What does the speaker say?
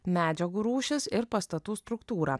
medžiagų rūšis ir pastatų struktūrą